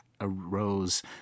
arose